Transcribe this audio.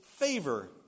favor